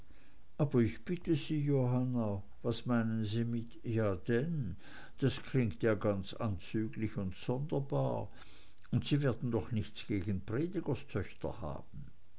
aber ich bitte sie johanna was meinen sie mit ja denn das klingt ja ganz anzüglich und sonderbar und sie werden doch nichts gegen predigerstöchter haben